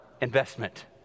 investment